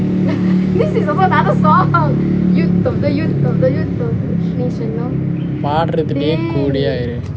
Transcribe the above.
பாடுறதிலே குறியா இரு:paadurathile kuriyaa iru